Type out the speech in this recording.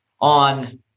on